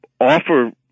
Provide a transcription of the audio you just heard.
offer